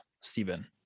Stephen